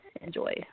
enjoy